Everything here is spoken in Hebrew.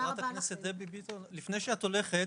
חברת הכנסת דבי ביטון, לפני שאת הולכת,